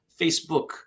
Facebook